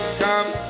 come